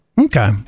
Okay